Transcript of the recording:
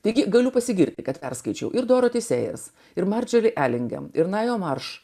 taigi galiu pasigirti kad perskaičiau ir doro teisėjas ir marčia ir elinge ir na jo marš